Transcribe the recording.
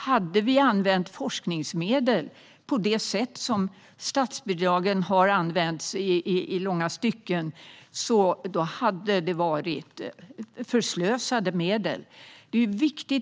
Om vi hade använt forskningsmedel på det sätt som statsbidrag har använts i långa stycken hade det varit förslösade medel.